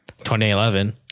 2011